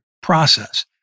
process